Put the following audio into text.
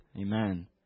Amen